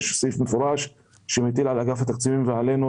תראו יש סעיף מפורש שמטיל על אגף התקציבים ועלינו